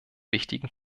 wichtigen